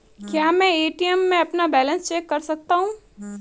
क्या मैं ए.टी.एम में अपना बैलेंस चेक कर सकता हूँ?